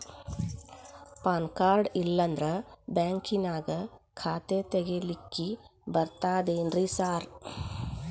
PAN card ಇಲ್ಲಂದ್ರ ಬ್ಯಾಂಕಿನ್ಯಾಗ ಖಾತೆ ತೆಗೆಲಿಕ್ಕಿ ಬರ್ತಾದೇನ್ರಿ ಸಾರ್?